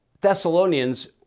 Thessalonians